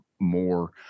More